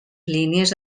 línies